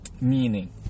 meaning